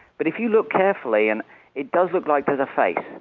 but if you look carefully, and it does look like there's a face.